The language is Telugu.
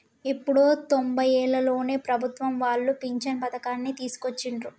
ఎప్పుడో తొంబైలలోనే ప్రభుత్వం వాళ్ళు పించను పథకాన్ని తీసుకొచ్చిండ్రు